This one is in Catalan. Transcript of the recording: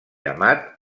amat